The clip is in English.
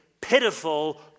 pitiful